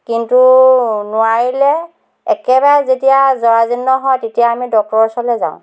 কিন্তু নোৱাৰিলে একেবাৰে যেতিয়া জৰাজীৰ্ণ হয় তেতিয়া আমি ডক্টৰৰ ওচৰলে যাওঁ